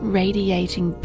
radiating